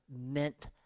meant